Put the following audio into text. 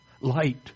Light